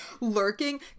Lurking